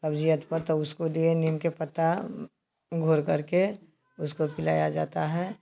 कब्जियत पर तो उसके लिए नीम का पत्ता घोल करके उसको पिलाया जाता है